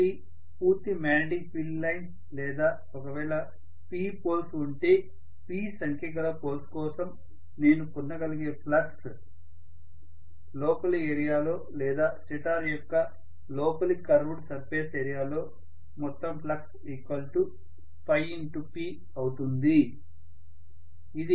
కాబట్టి పూర్తి magnetic field lines లేదా ఒకవేళ P పోల్స్ ఉంటే P సంఖ్య గల పోల్స్ కోసం నేను పొందగలిగే ఫ్లక్స్ లోపలి ఏరియాలో లేదా స్టేటార్ యొక్క లోపలి కర్వుడ్ సర్ఫేస్ ఏరియాలో మొత్తం ఫ్లక్స్ ØP అవుతుంది